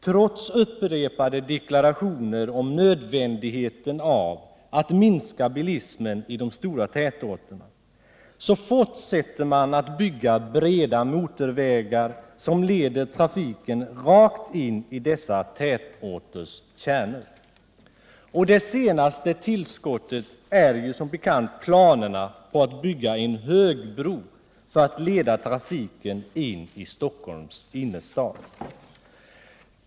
Trots upprepade deklarationer om nödvändigheten av att minska bilismen i de stora tätorterna fortsätter man att bygga breda motorvägar som leder trafiken rakt in i dessa tätorters kärnor. Det senaste tillskottet är som bekant planerna på att bygga en högbro för att leda trafiken in i Stock holms innerstad.